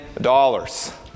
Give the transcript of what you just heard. dollars